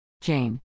Jane